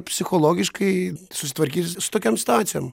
psichologiškai susitvarkyti su tokiom situacijom